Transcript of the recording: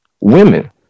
Women